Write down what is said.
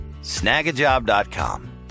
Snagajob.com